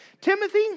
Timothy